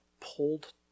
pulled